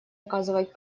оказывать